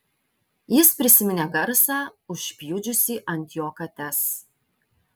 jis prisiminė garsą užpjudžiusį ant jo kates